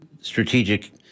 strategic